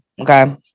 okay